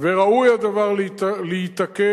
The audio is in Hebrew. וראוי הדבר להיתקן,